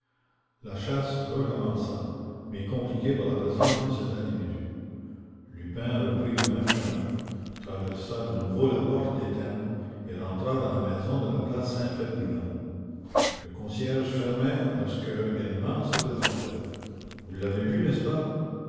la chasse recommença mais compliquée par la présence de cet individu bresson reprit le même chemin traversa de nouveau la porte des ternes et rentra dans la maison de la place saint ferdinand le concierge fermait lorsque ganimard se présenta vous l'avez vu n'est-ce pas